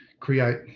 create